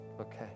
okay